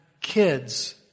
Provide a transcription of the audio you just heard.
kids